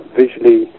visually